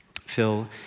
Phil